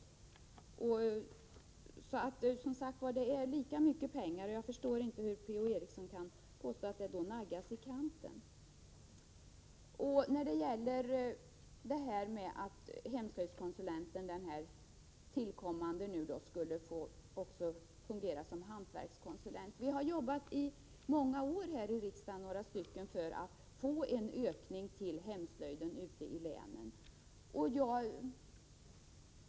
Det är som sagt fråga om lika mycket pengar. Sedan över till förslaget om att de tillkommande hemslöjdskonsulenterna också skall kunna fungera som hantverkskonsulenter. Vi är några ledamöter som här i riksdagen under många år har arbetat för att få till stånd en ökning av stödet till hemslöjden ute i länen.